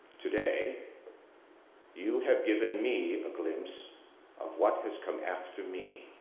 today you have given me a glimpse of what has come after me,